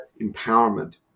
empowerment